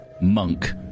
monk